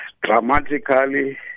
Dramatically